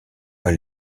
pas